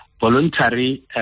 voluntary